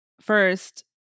first